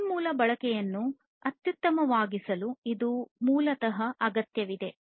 ಸಂಪನ್ಮೂಲ ಬಳಕೆಯನ್ನು ಅತ್ಯುತ್ತಮವಾಗಿಸಲು ಇದು ಮೂಲತಃ ಅಗತ್ಯವಿದೆ